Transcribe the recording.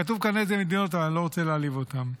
כתוב כאן איזה מדינות אבל אני לא רוצה להעליב אותן.